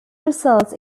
results